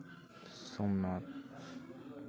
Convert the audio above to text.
Somnath